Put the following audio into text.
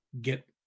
get